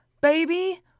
baby